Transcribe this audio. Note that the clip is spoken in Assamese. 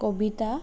কবিতা